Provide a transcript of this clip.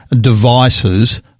devices